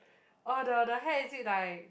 oh the the hair is it like